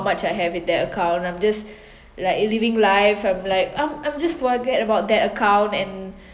much I have in that account I’m just like living life I'm like I'm I'm just forget about that account and